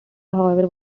however